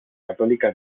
católica